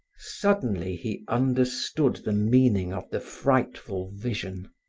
suddenly he understood the meaning of the frightful vision.